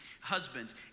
husbands